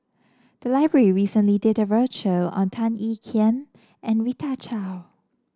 the library recently did a roadshow on Tan Ean Kiam and Rita Chao